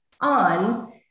on